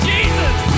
Jesus